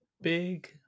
big